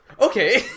Okay